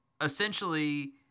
essentially